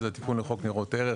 זהו תיקון לחוק ניירות ערך,